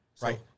Right